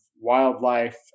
wildlife